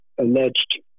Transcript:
alleged